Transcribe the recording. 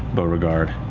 beauregard,